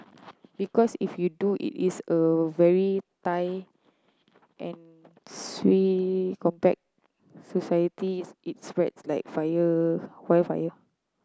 because if you do it is a very tight and swift compact society it spreads like fire wild fire